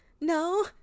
no